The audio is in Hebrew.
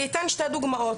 אני אתן שתי דוגמאות,